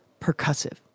percussive